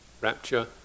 rapture